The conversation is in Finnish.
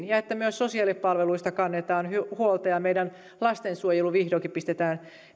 ja että myös sosiaalipalveluista kannetaan huolta ja meidän lastensuojelu vihdoinkin pistetään